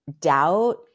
doubt